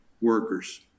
workers